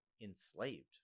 enslaved